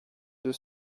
deux